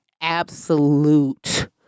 absolute